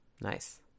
Nice